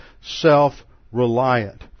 self-reliant